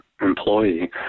employee